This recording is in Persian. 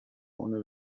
اونو